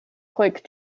quick